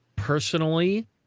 personally